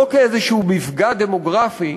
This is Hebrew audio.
לא כאיזה מפגע דמוגרפי,